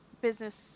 business